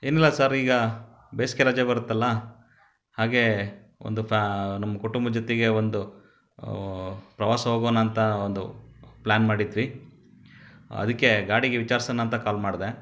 ಏನಿಲ್ಲ ಸರ್ ಈಗ ಬೇಸಿಗೆ ರಜೆ ಬರುತ್ತಲ್ಲ ಹಾಗೇ ಒಂದು ಫಾ ನಮ್ಮ ಕುಟುಂಬದ ಜೊತೆಗೆ ಒಂದು ಪ್ರವಾಸ ಹೋಗೋಣಾಂತ ಒಂದು ಪ್ಲಾನ್ ಮಾಡಿದ್ವಿ ಅದಕ್ಕೆ ಗಾಡಿಗೆ ವಿಚಾರ್ಸೋಣಾಂತ ಕಾಲ್ ಮಾಡಿದೆ